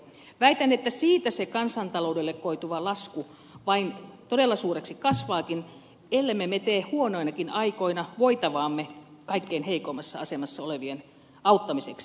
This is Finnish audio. väitän että siitä se kansantaloudelle koituva laskun vain todella suureksi kasvaakin ellemme me tee huonoinakin aikoina voitavaamme kaikkein heikoimmassa asemassa olevien auttamiseksi